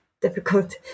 difficult